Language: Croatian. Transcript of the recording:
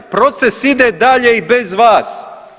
Proces ide dalje i bez vas.